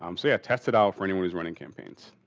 um so yeah, test it out for anyone who's running campaigns.